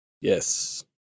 Yes